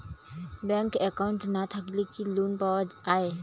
Bank account না থাকিলে কি লোন পাওয়া য়ায়?